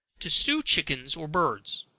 to stew chickens or birds.